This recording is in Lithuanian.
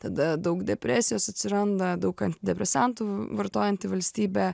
tada daug depresijos atsiranda daug antidepresantų vartojanti valstybė